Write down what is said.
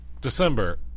december